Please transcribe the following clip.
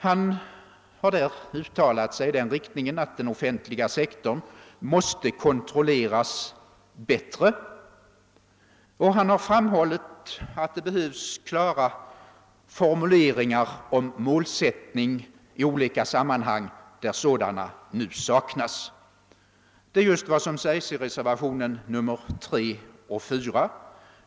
Han har där uttalat sig i den riktningen, att den offentliga sektorn måste kontrolleras bättre, och han har framhållit att det behövs klara formuleringar om målsättning i olika sammanhang där sådana nu saknas. Det är just detta som sägs i reservationerna 3 och 4.